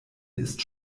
ist